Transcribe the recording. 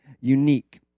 unique